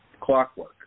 clockwork